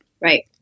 Right